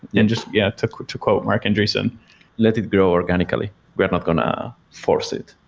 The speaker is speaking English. and just yeah to quote to quote marc andreessen let it grow organically. we're not going to force it.